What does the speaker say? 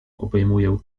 obejmuję